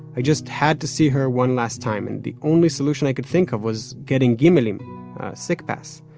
i just had to see her one last time. and the only solution i could think of was getting gimmelim. a sick pass.